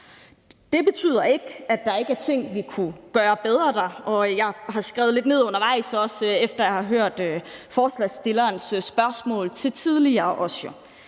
Det betyder ikke, er der ikke er ting, vi kunne gøre bedre. Og jeg har skrevet lidt ned undervejs, efter at jeg også har hørt ordføreren for forslagsstillernes spørgsmål tidligere.